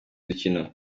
dukino